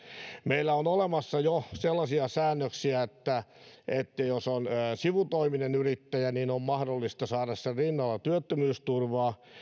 meillä on olemassa jo sellaisia säännöksiä että jos on sivutoiminen yrittäjä niin on mahdollista saada sen rinnalla työttömyysturvaa